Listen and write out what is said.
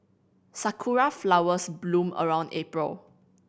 sakura flowers bloom around April